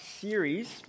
series